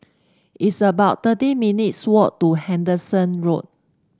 it's about thirty minutes' walk to Henderson Road